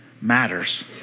Matters